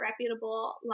reputable